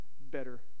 better